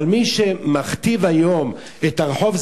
אבל מי שמכתיב היום את הרחוב,